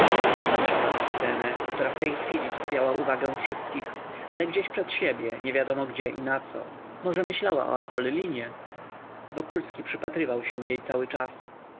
nie patrzała na scenę która w tej chwili skupiała uwagę wszystkich ale gdzieś przed siebie niewiadomo gdzie i na co może myślała o apolinie wokulski przypatrywał się jej cały czas